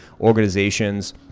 organizations